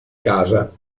casa